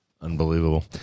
Unbelievable